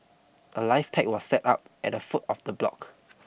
a life pack was set up at the foot of the block